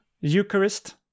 Eucharist